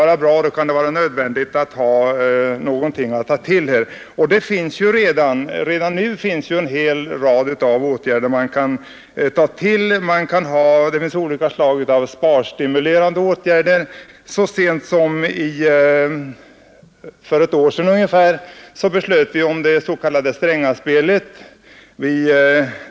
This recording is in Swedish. Redan nu finns det en hel rad sådana instrument att tillgå, exempelvis sparstimulerande åtgärder. Så sent som för ungefär ett år sedan fattade vi beslut om det s.k. Strängaspelet.